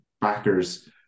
backers